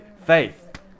Faith